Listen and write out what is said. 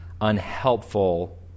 unhelpful